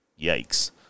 Yikes